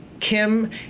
Kim